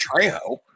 Trejo